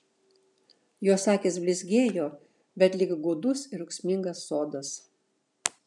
jos akys blizgėjo bet lyg gūdus ir ūksmingas sodas